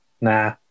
nah